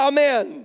Amen